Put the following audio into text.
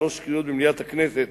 שלוש קריאות במליאת הכנסת